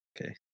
okay